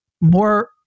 more